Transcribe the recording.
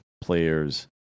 players